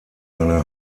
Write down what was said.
eine